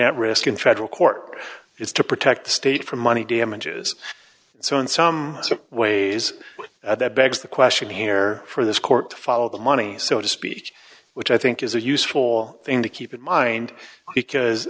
at risk in federal court is to protect the state from money damages so in some ways that begs the question here for this court to follow the money so to speak which i think is a useful thing to keep in mind because